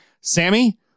Sammy